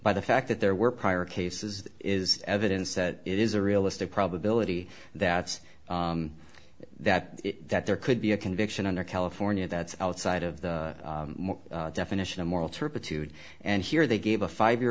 by the fact that there were prior cases is evidence that it is a realistic probability that that that there could be a conviction under california that's outside of the definition of moral turpitude and here they gave a five year